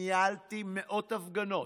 ניהלתי מאות הפגנות,